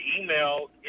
email